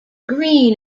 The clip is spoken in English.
green